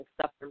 suffer